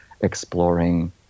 exploring